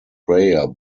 prayer